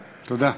תודה.